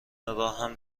راهم